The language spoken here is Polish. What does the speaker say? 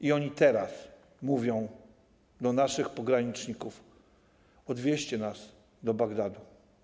I oni teraz mówią do naszych pograniczników: Odwieźcie nas do Bagdadu.